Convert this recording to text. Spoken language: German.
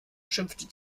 schimpfte